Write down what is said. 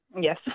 Yes